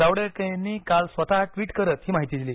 जावडेकर यांनी काल स्वतः ट्विट करत ही माहिती दिली